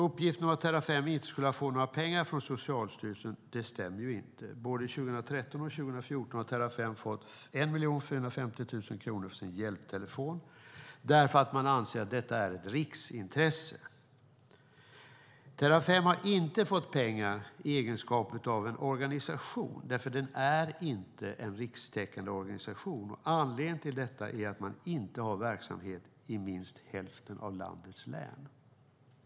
Uppgiften att Terrafem inte skulle ha fått några pengar från Socialstyrelsen stämmer inte. Både 2013 och 2014 har Terrafem fått 1 450 000 kronor till sin hjälptelefon eftersom man anser att denna är ett riksintresse. Terrafem har inte fått pengar i egenskap av en organisation eftersom den inte är en rikstäckande organisation. Anledningen till detta är att man inte har verksamhet i minst hälften av landets län.